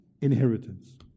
Inheritance